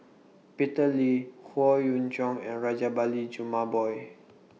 Peter Lee Howe Yoon Chong and Rajabali Jumabhoy